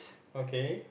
okay